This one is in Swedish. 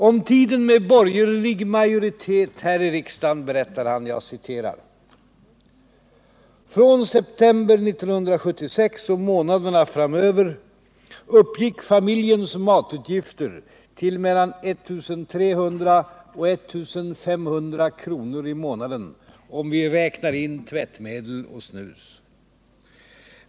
Om tiden med borgerlig majoritet här i riksdagen berättar han: ”Från september 1976 och månaderna framöver uppgick familjens matutgifter till mellan 1 300 och 1 500 kronor i månaden, om vi räknar in tvättmedel och snus.